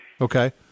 Okay